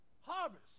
Harvest